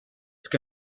que